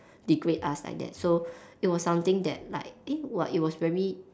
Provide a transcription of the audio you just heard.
degrade us like that so it was something that like eh !wah! it was very